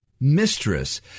mistress